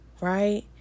Right